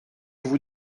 vous